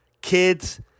kids